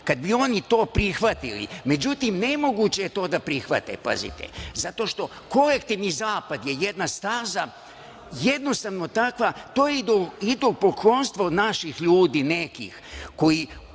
kada bi oni to prihvatili. Međutim, nemoguće je to da prihvate zato što kolektivni zapad je jedna staza, jednostavno takva, to je idolopoklonstvo naših ljudi, nekih, koji